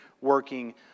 working